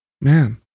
Man